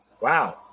Wow